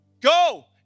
Go